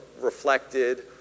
reflected